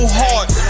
heart